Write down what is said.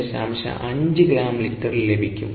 5 gram ലിറ്ററിൽ ലഭിക്കും